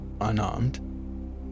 unarmed